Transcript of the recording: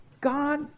God